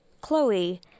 Chloe